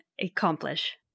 accomplish